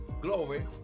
glory